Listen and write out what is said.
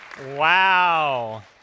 Wow